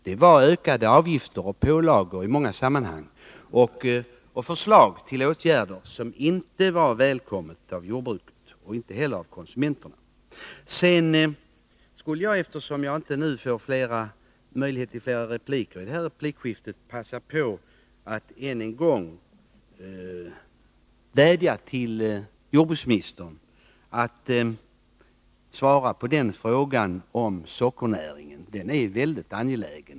Det har varit fråga om ökade avgifter och pålagor i många sammanhang, förslag till åtgärder som inte var välkomna hos jordbrukarna och inte heller hos konsumenterna. Eftersom jag inte nu får möjligheter till ytterligare inlägg i detta replikskifte, vill jag än en gång vädja till jordbruksministern att svara på frågan om sockernäringen. Den frågan är mycket angelägen.